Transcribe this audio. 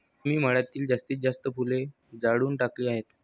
राजू मी मळ्यातील जास्तीत जास्त फुले जाळून टाकली आहेत